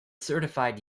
certified